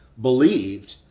believed